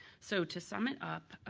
so to sum it up,